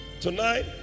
Tonight